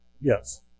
Yes